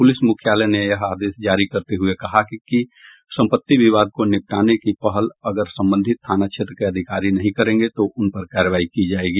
police मुख्यालय ने यह आदेश जारी करते हुये कहा है कि संपत्ति विवाद को निपटाने की पहल अगर संबंधित थाना क्षेत्र के अधिकारी नहीं करेंगे तो उन पर कार्रवाई की जायेगी